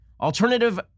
alternative